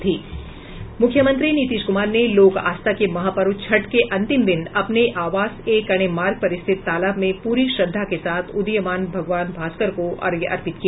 मूख्यमंत्री नीतीश क्मार ने लोक आस्था के महापर्व छठ के अंतिम दिन अपने आवास एक अण्णे मार्ग पर स्थित तालाब में पूरी श्रद्वा के साथ उदयीमान भगवान भास्कर को अर्घ्य अर्पित किया